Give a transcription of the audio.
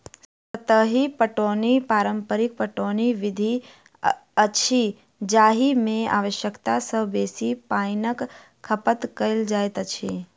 सतही पटौनी पारंपरिक पटौनी विधि अछि जाहि मे आवश्यकता सॅ बेसी पाइनक खपत कयल जाइत अछि